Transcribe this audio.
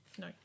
no